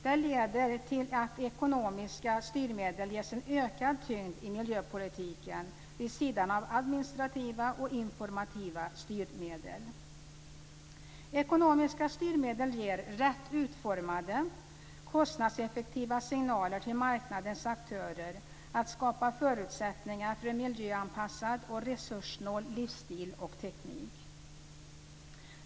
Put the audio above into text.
Det leder till att ekonomiska styrmedel ges en ökad tyngd i miljöpolitiken vid sidan av administrativa och informativa styrmedel. Ekonomiska styrmedel ger, rätt utformade, kostnadseffektiva signaler till marknadens aktörer att skapa förutsättningar för en miljöanpassad och resurssnål livsstil och teknik.